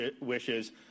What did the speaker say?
wishes